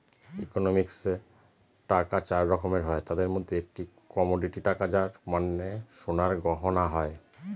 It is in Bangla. ইকোনমিক্সে টাকা চার রকমের হয় তাদের মধ্যে একটি কমোডিটি টাকা যার মানে সোনার গয়না হয়